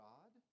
God